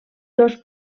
dos